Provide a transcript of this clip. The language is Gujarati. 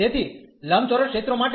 તેથી લંબચોરસ ક્ષેત્રો માટે